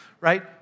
right